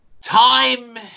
time